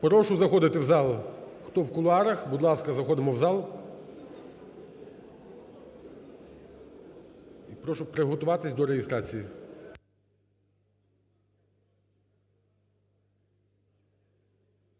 Прошу заходити в зал, хто в кулуарах. Будь ласка, заходимо в зал. Прошу приготуватись до реєстрації.